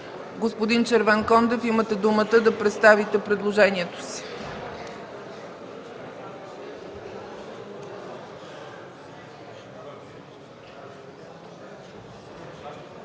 Господин Червенкондев, имате думата да представите предложението си.